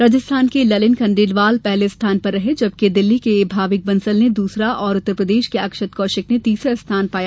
राजस्थान के ललिन खंडेलवाल पहले स्थान पर रहे है जबकि दिल्ली के भाविक बसंल ने दूसरा और उत्तरप्रदेश के अक्षत कौशिक ने तीसरा स्थान पाया